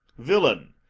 villain,